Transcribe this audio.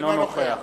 אינו נוכח